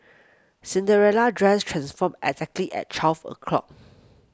Cinderella's dress transformed exactly at twelve o'clock